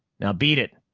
now beat it.